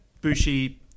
Bushi